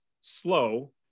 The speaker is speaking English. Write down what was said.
slow